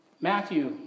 Matthew